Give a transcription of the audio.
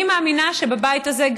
אני מאמינה שבבית הזה,